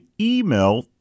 email